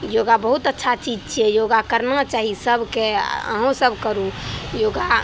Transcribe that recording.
योगा बहुत अच्छा चीज छिए योगा करना चाही सभकेँ अहूँसभ करू योगा